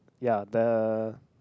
ya the